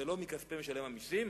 זה לא מכספי משלם המסים,